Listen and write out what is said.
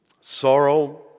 Sorrow